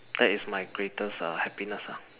that is my greatest err happiness ah